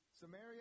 Samaria